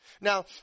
Now